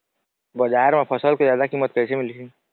बजार म फसल के जादा कीमत कैसे मिलही?